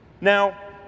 Now